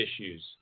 issues